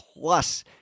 plus